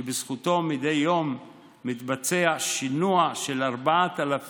שבזכותו מדי יום מתבצע שינוע של 4,000